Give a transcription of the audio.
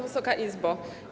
Wysoka Izbo!